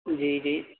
جی جی